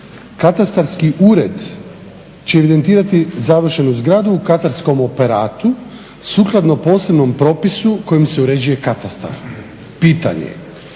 "Katastarski ured će evidentirati završenu zgradu u katarskom operatu sukladno posebnom propisu kojim se uređuje katastar." Pitanje,